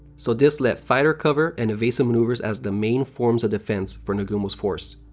so this left fighter cover and evasive maneuvers as the main forms of defense for nagumo's force.